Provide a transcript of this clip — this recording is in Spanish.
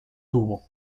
tubo